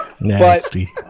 Nasty